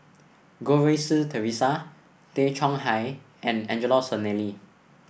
Goh Rui Si Theresa Tay Chong Hai and Angelo Sanelli